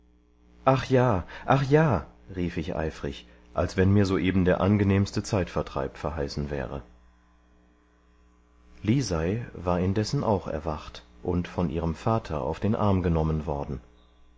ach ja ach ja rief ich eifrig als wenn mir soeben der angenehmste zeitvertreib verheißen wäre lisei war indessen auch erwacht und von ihrem vater auf den arm genommen worden